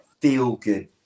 feel-good